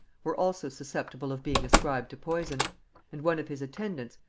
were also susceptible of being ascribed to poison and one of his attendants,